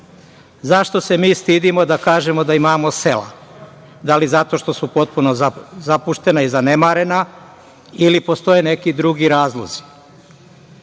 Zašto se mi stidimo da kažemo da imamo selo? Da li zato što su potpuno zapuštena i zanemarena ili postoje neki drugi razlozi. Bilo